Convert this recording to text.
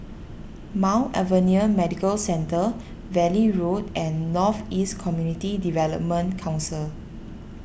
Mount Alvernia Medical Centre Valley Road and North East Community Development Council